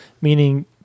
meaning